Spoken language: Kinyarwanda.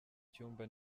cyumba